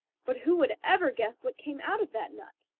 but who could ever guess what came out of that nut?